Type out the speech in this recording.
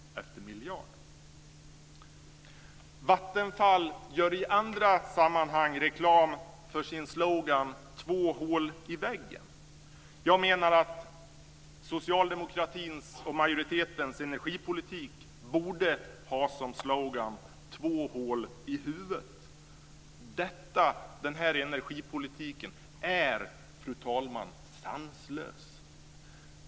Vattenfall gör i andra sammanhang reklam med sin slogan Två hål i väggen. Jag menar att socialdemokratins och majoritetens energipolitik borde ha som slogan: Två hål i huvudet. Den här energipolitiken är, fru talman, sanslös.